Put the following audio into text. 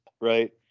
right